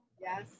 Yes